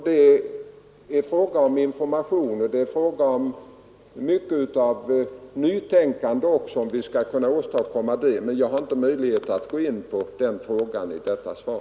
Det är fråga om information — och mycket av nytänkande också — om vi skall kunna åstadkomma det, men jag har inte möjlighet att gå in på den frågan i detta svar.